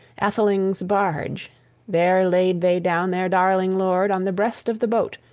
atheling's barge there laid they down their darling lord on the breast of the boat,